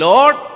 Lord